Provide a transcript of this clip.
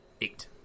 eight